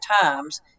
times